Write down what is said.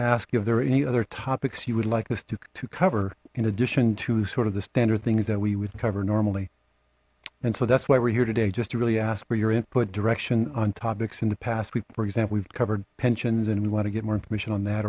ask you if there are any other topics you would like us to cover in addition to sort of the standard things that we would cover normally and so that's why we're here today just to really ask for your input direction on topics in the past week for example we've covered pensions and we want to get more information on that